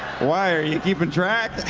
why, are you keeping track?